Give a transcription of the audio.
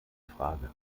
frage